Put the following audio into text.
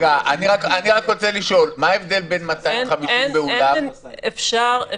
רוצה לשאול: מה ההבדל בין 250 באולם --- אפשר